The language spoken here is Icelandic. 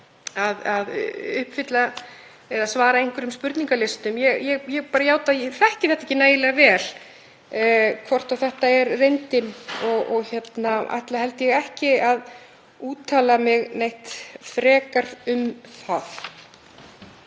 að uppfylla eða svara einhverjum spurningalistum. Ég játa að ég þekki ekki nægilega vel hvort þetta sé reyndin og ætla held ég ekki að úttala mig neitt frekar um það.